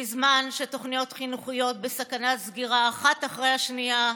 ובזמן שתוכניות חינוכיות בסכנת סגירה אחת אחרי השנייה,